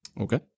Okay